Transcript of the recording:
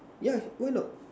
yeah why not